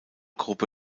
gruppe